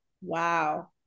wow